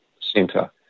centre